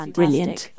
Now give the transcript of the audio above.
brilliant